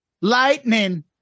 Lightning